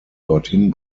dorthin